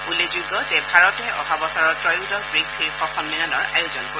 উল্লেখযোগ্য যে ভাৰতে অহা বছৰৰ ত্ৰয়োদশ ৱীকছ্ শীৰ্ষ সন্মিলনৰ আয়োজন কৰিব